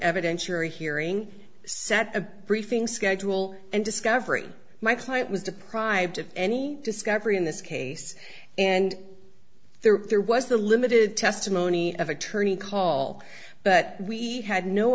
evidentiary hearing set a briefing schedule and discovery my client was deprived of any discovery in this case and there there was the limited testimony of attorney call but we had no